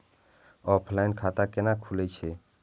Offline खाता कैना खुलै छै?